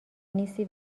نیستی